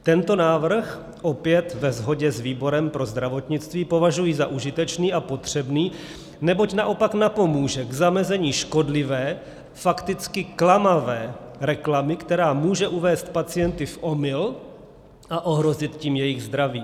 Tento návrh, opět ve shodě s výborem pro zdravotnictví, považuji za užitečný a potřebný, neboť naopak napomůže k zamezení škodlivé, fakticky klamavé reklamy, která může uvést pacienty v omyl a ohrozit tím jejich zdraví.